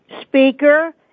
speaker